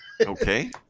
Okay